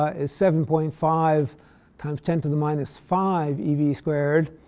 ah is seven point five times ten to the minus five ev squared.